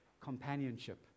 companionship